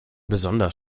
besonders